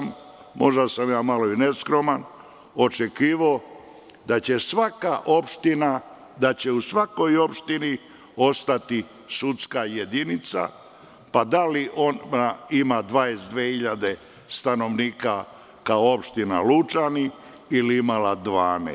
Možda sam malo neskroman, ali sam čak očekivao da će u svakoj opštini ostati sudska jedinica, imala ona 22.000 stanovnika kao Opština Lučani, ili imala 12.